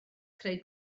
creu